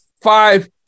five